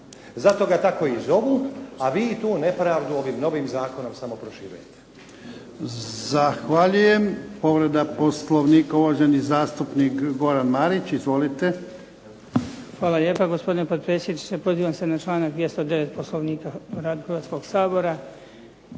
Zato ga tako i zovu, a vi tu nepravdu ovim novim zakonom samo proširujete.